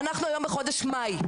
אנחנו היום בחודש מאי,